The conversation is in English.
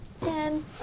Ten